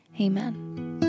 Amen